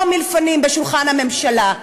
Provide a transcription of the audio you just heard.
פה מלפנים בשולחן הממשלה.